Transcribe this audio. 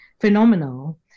phenomenal